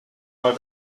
mal